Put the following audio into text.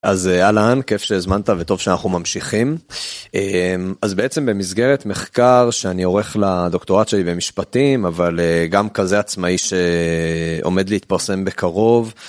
אז אהלן, כיף שהזמנת וטוב שאנחנו ממשיכים. אממ אז בעצם במסגרת מחקר שאני עורך לדוקטורט שלי במשפטים, אבל גם כזה עצמאי ש... עומד להתפרסם בקרוב.